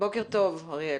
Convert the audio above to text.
בוקר טוב, אריאל.